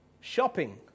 shopping